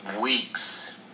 weeks